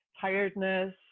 Tiredness